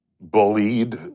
bullied